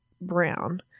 brown